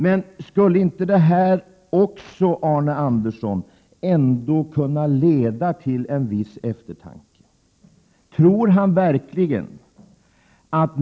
Men skulle inte också detta kunna leda till en viss eftertanke?